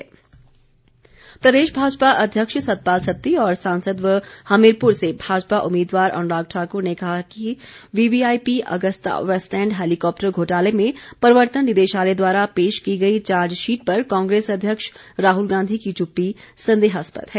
अनुराग सत्ती प्रदेश भाजपा अध्यक्ष सतपाल सत्ती और सांसद व हमीरपुर से भाजपा उम्मीदवार अनुराग ठाकुर ने कहा है कि वीवीआईपी अगस्ता वेस्टलैंड हैलीकॉप्टर घोटाले में प्रवर्तन निदेशालय द्वारा पेश की गई चार्जशीट पर कांग्रेस अध्यक्ष राहुल गांधी की चुप्पी संदेहास्पद है